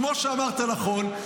כמו שאמרת נכון,